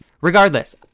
Regardless